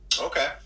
Okay